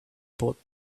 bought